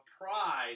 pride